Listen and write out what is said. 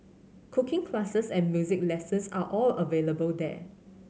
cooking classes and music lessons are all available there